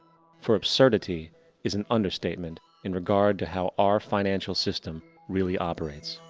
for absurdity is an understatement in regard to how our financial system really operates.